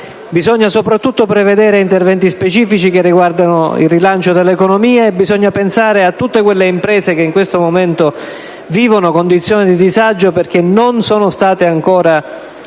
Bisogna soprattutto prevedere interventi specifici che riguardano il rilancio dell'economia. Bisogna pensare a tutte quelle imprese che in questo momento vivono condizioni di disagio perché non sono state ancora